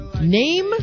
Name